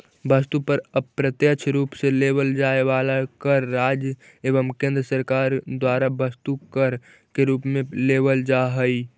वस्तु पर अप्रत्यक्ष रूप से लेवल जाए वाला कर राज्य एवं केंद्र सरकार द्वारा वस्तु कर के रूप में लेवल जा हई